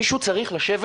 מישהו צריך לשבת